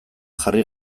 jarri